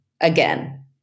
again